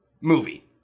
movie